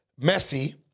Messi